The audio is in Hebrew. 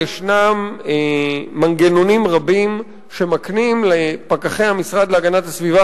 יש מנגנונים רבים שמקנים לפקחי המשרד להגנת הסביבה